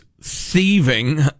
thieving